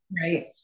right